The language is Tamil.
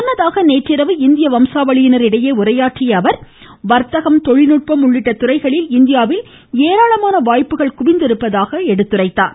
முன்னதாக நேற்றிரவு இந்திய வம்சாவளியினர் இடையே உரையாற்றிய அவர் வா்த்தகம் தொழில்நுட்பம் உள்ளிட்ட துறைகளில் இந்தியாவில் ஏராளமான வாய்ப்புகள் குவிந்திருப்பதாக கூறினார்